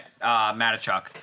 Matichuk